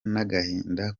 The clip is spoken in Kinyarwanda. n’agahinda